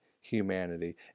humanity